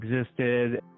existed